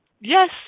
yes